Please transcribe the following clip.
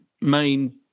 main